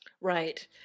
Right